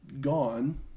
gone